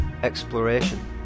exploration